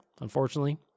Unfortunately